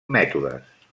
mètodes